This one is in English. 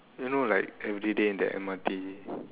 you know like everyday in the M_R_T